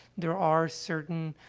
there are certain,